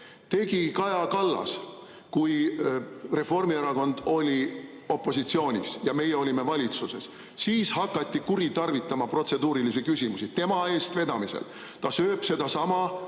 tegi Kaja Kallas, kui Reformierakond oli opositsioonis ja meie olime valitsuses. Siis hakati kuritarvitama protseduurilisi küsimusi tema eestvedamisel. Ta sööb sedasama